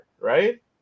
right